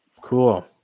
Cool